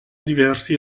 diversi